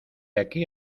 aquí